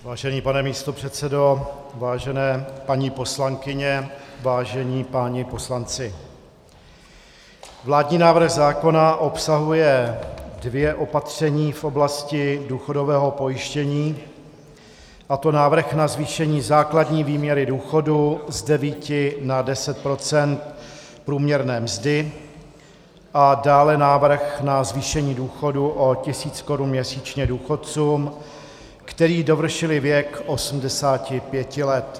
Vážený pane místopředsedo, vážené paní poslankyně, vážení páni poslanci, vládní návrh zákona obsahuje dvě opatření v oblasti důchodového pojištění, a to návrh na zvýšení základní výměry důchodu z 9 na 10 % průměrné mzdy a dále návrh na zvýšení důchodu o 1 000 korun měsíčně důchodcům, kteří dovršili věk 85 let.